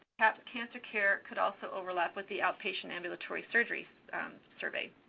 cahps cancer care could also overlap with the outpatient ambulatory surgery survey.